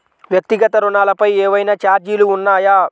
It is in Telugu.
వ్యక్తిగత ఋణాలపై ఏవైనా ఛార్జీలు ఉన్నాయా?